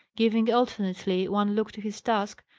giving alternately one look to his task,